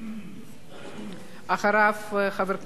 אחריו, חבר הכנסת זאב בילסקי.